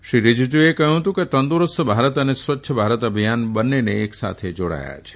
શ્રી રીજીજુએ કહ્યું કે તંદરસ્ત ભારત અને સ્વચ્છ ભારત અભિયાન બંનેને એક સાથે જોડાયા છે